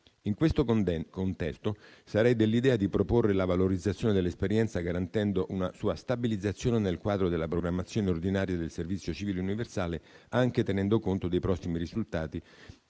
In questo contesto, sarei dell'idea di proporre la valorizzazione dell'esperienza, garantendo una sua stabilizzazione nel quadro della programmazione ordinaria del servizio civile universale, anche tenendo conto dei prossimi risultati